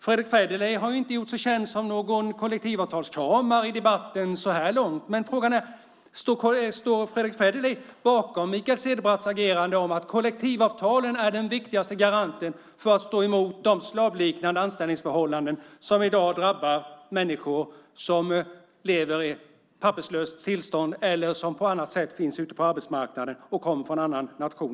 Fredrick Federley har inte gjort sig känd som någon kollektivavtalskramare i debatten så här långt, men frågan är: Står Fredrick Federley bakom Mikael Cederbratts agerande om att kollektivavtalen är den viktigaste garanten för att stå emot de slavliknande anställningsförhållanden som i dag drabbar människor som lever i ett papperslöst tillstånd eller som på annat sätt finns ute på arbetsmarknaden och kommer från en annan nation?